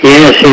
Yes